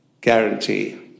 guarantee